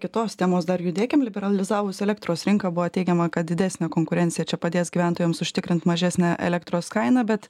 kitos temos dar judėkim liberalizavus elektros rinką buvo teigiama kad didesnė konkurencija padės gyventojams užtikrint mažesnę elektros kainą bet